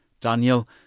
Daniel